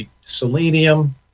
selenium